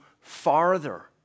farther